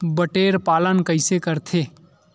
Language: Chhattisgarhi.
बटेर पालन कइसे करथे?